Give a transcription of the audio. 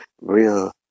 Real